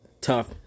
tough